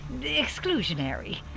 exclusionary